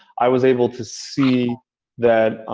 i was able to see that